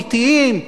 אטיים,